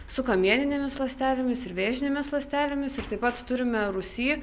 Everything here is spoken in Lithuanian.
su kamieninėmis ląstelėmis ir vėžinėmis ląstelėmis ir taip pat turime rūsy